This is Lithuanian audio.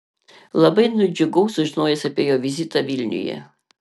labai nudžiugau sužinojęs apie jo vizitą vilniuje